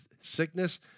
Sickness